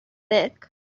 mick